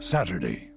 Saturday